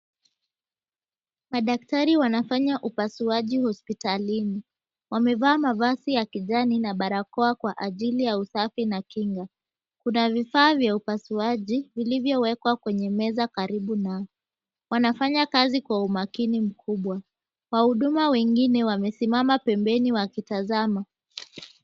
Madaktari wanafanya upasuaji hospitalini, wamevaa mavazi ya kijani na barakoa kwa ajili ya usafi na kinga. Kuna vifaa vya upasuaji vilivyowekwa kwenye meza karibu nao. Wanafanya kazi kwa umakini mkubwa. Wahuduma wengine wamesimama pembeni wakitazama.